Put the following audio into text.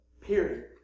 Period